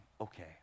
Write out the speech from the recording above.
okay